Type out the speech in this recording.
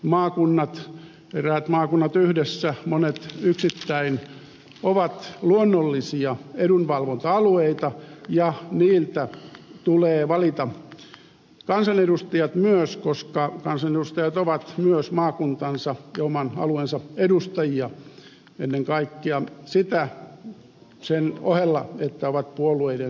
maakunnat eräät maakunnat yhdessä monet yksittäin ovat luonnollisia edunvalvonta alueita ja niiltä tulee valita kansanedustajat myös koska kansanedustajat ovat myös maakuntansa ja oman alueensa edustajia ennen kaikkea niitä sen ohella että ovat puolueidensa edustajia